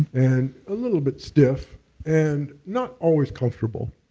and a little bit stiff and not always comfortable.